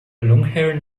longhaired